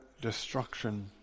destruction